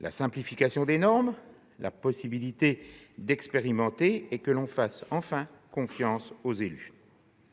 la simplification des normes, la possibilité d'expérimenter ; ils demandent aussi que l'on fasse enfin confiance aux élus.